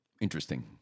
interesting